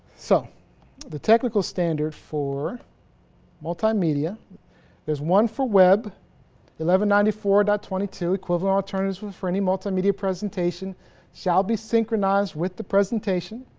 so the technical standards for multimedia there's one for web eleven ninety four dot twenty-two acquittal ah attorneys would for any multimedia presentation shall be synchronized with the presentation